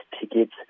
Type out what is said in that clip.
tickets